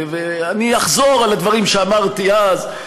ואני אחזור על הדברים שאמרתי אז,